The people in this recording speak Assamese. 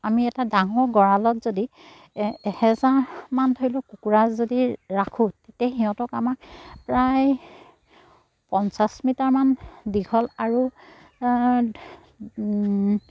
আমি এটা ডাঙৰ গঁৰালত যদি এহেজাৰমান ধৰি লওক কুকুৰা যদি ৰাখোঁ তেতিয়া সিহঁতক আমাক প্ৰায় পঞ্চাছ মিটাৰমান দীঘল আৰু